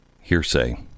Hearsay